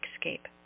escape